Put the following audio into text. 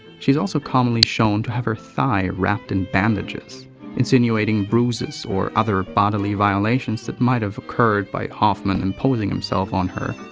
she's also commonly shown to have her thigh wrapped in bandages insinuating bruises or other bodily violations that might have occurred by hoffman imposing himself on her.